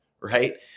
right